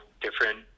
different